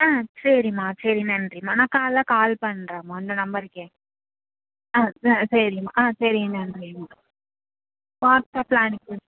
ஆ சரிம்மா சரி நன்றிம்மா நான் காலைல கால் பண்ணுறேம்மா இந்த நம்பருக்கே ஆ ஆ சரிம்மா ஆ சரிங்க நன்றிம்மா பார்த்த பிளானுக்கு